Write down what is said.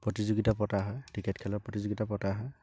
প্ৰতিযোগিতা পতা হয় ক্ৰিকেট খেলৰ প্ৰতিযোগিতা পতা হয়